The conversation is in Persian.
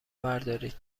بردارید